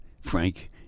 Frank